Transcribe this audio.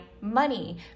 money